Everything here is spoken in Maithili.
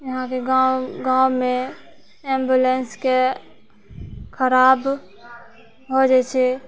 यहाँके गाँवमे एम्बुलेन्सके खराब हो जाइ छै